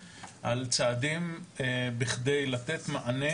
על צעדים בכדי לתת מענה.